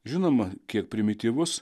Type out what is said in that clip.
žinoma kiek primityvus